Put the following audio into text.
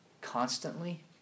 constantly